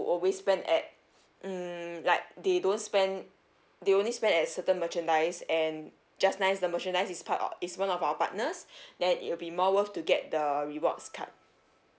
always spend at hmm like they don't spend they only spend at certain merchandise and just nice the merchandise is part o~ is one of our partners then it'll be more worth to get the rewards card